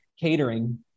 Catering